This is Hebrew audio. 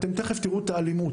תיכף תראו את האלימות,